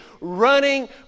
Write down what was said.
running